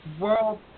world